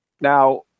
Now